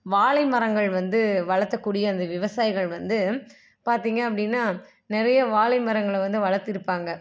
வாழைமரங்கள் வந்து வளர்த்தக்கூடிய அந்த விவசாயிகள் வந்து பார்த்திங்க அப்படின்னா நிறைய வாழைமரங்கள வந்து வளர்த்திருப்பாங்க